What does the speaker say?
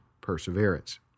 perseverance